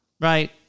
right